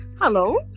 Hello